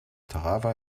tarawa